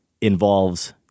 involves